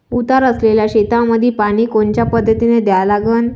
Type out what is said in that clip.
उतार असलेल्या शेतामंदी पानी कोनच्या पद्धतीने द्या लागन?